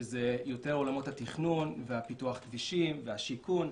שזה יותר עולמות התכנון, פיתוח הכבישים והשיכון.